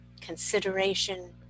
consideration